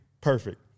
perfect